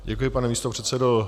Děkuji, pane místopředsedo.